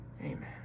Amen